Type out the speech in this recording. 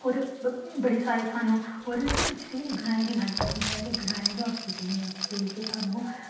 पूरे बड़े सारे उत्थां इंया ग्राएं दी गल्ल कीती जाए ते ग्राएं दे हॉस्पिटल च जाइयै थुहानू